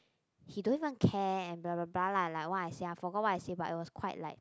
he don't even care and blah blah blah lah like what I said I forgot what I said but it was quite like